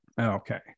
Okay